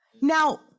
now